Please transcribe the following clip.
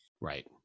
Right